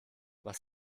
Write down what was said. was